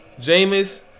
Jameis